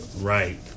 Right